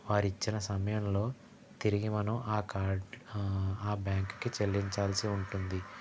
వారిచ్చిన సమయంలో తిరిగి మనం ఆ కార్డ్ ఆ బ్యాంకుకి చెల్లించాల్సి ఉంటుంది